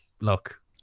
look